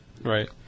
right